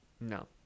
No